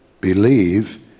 believe